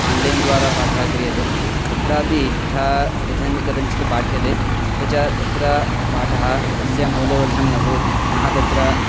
online द्वारा पाठः क्रियते तत्रापि यथा यथा कथञ्चित् पाठ्यते अपि च तत्र पाठः तस्य मौल्यवर्धनं न भवति पुनः तत्र